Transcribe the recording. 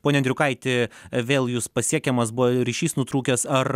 pone andriukaiti vėl jus pasiekiamas buvo ryšys nutrūkęs ar